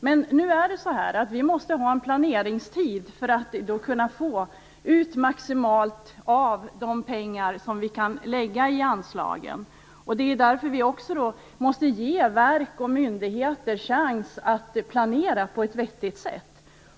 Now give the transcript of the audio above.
Men vi måste ha tid att planera för att kunna få ut maximalt av de pengar vi kan lägga i anslagen. Det är därför vi måste ge verk och myndigheter en chans att planera på ett vettigt sätt.